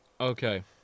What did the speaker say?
Okay